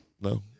no